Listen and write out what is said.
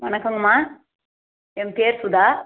வணக்கம்மா என் பேர் சுதா